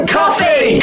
coffee